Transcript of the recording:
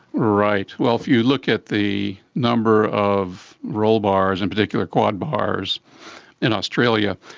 right, well, if you look at the number of roll bars, in particular quad bars in australia,